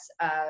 of-